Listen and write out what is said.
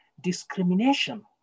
Discrimination